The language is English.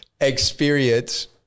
experience